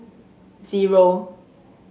zero